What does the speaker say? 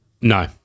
No